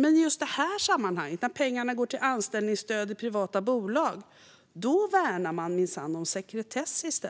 Men i just detta sammanhang, när pengarna går till anställningsstöd i privata bolag, värnar man minsann i stället om sekretess.